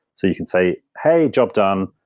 so you can say, hey, job done.